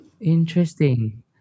Interesting